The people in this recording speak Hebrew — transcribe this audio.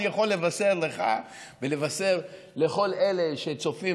אני יכול לבשר לך ולבשר לכל אלה שצופים